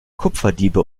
kupferdiebe